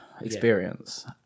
experience